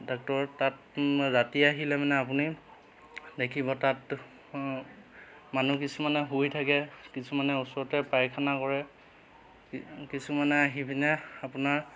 ডাক্তৰৰ তাত ৰাতি আহিলে মানে আপুনি দেখিব তাত অঁ মানুহ কিছুমানে শুই থাকে কিছুমানে ওচৰতে পায়খানা কৰে কি কিছুমানে আহিপিনে আপোনাৰ